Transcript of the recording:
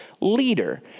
leader